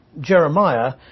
Jeremiah